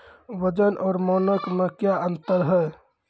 वजन और मानक मे क्या अंतर हैं?